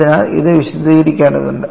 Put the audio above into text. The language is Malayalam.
അതിനാൽ ഇത് വിശദീകരിക്കേണ്ടതുണ്ട്